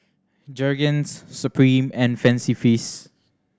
Jergens Supreme and Fancy Feast